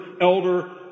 elder